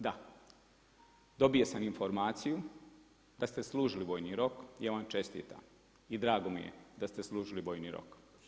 Da, dobio sam informaciju da ste služili vojni rok i ja vam čestitam i drago mi je da ste služili vojni rok.